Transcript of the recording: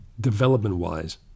development-wise